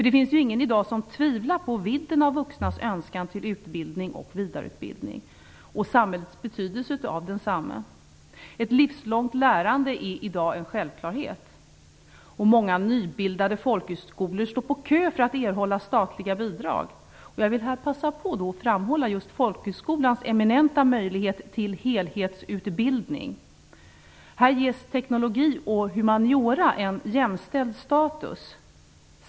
Det finns ingen i dag som tvivlar på vidden av vuxnas önskan till utbildning och vidareutbildning och samhällets nytta av densamma. Ett livslångt lärande är i dag en självklarhet. Många nybildade folkhögskolor står i kö för att erhålla statliga bidrag. Jag vill här passa på att framhålla just folkhögskolans eminenta möjlighet till helhetsutbildning. Här ges teknologi och humaniora en jämställd status.